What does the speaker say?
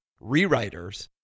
rewriters